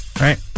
right